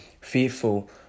fearful